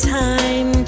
time